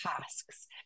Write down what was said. tasks